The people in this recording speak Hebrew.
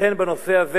לכן בנושא הזה